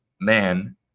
man